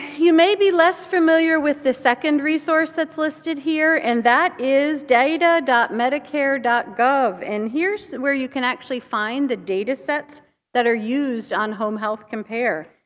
you may be less familiar with the second resource that's listed here. and that is data medicare gov. and here's where you can actually find the datasets that are used on home health compare.